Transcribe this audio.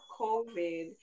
COVID